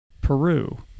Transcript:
Peru